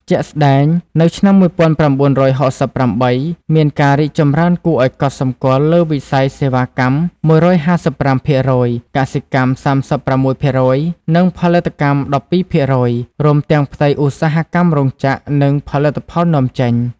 ជាក់ស្តែង នៅឆ្នាំ១៩៦៨ មានការរីកចម្រើនគួរឱ្យកត់សម្គាល់លើវិស័យសេវាកម្ម ១៥៥% កសិកម្ម ៣៦% និងផលិតកម្ម ១២% រួមទាំងផ្នែកឧស្សាហកម្មរោងចក្រ និងផលិតផលនាំចេញ។